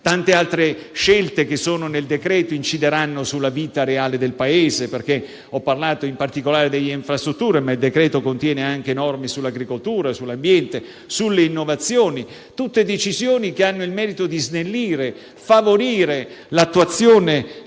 Molte altre scelte contenute nel decreto-legge incideranno sulla vita reale del Paese. Ho parlato, in particolare, delle infrastrutture, ma contiene anche norme sull'agricoltura, sull'ambiente e sulle innovazioni, tutte decisioni che hanno il merito di snellire e favorire l'attuazione delle